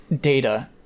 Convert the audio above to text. data